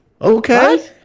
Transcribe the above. okay